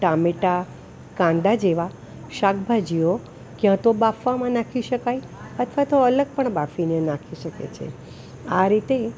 ટામેટાં કાંદા જેવા શાકભાજીઓ ક્યાંતો બાફવામાં નાખી શકાય અથવા તો અલગ પણ બાફીને નાખી શકે છે આ રીતે